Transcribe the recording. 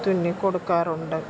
തുന്നി കൊടുക്കാറുണ്ട്